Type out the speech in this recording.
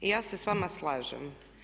I ja se s vama slažem.